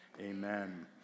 amen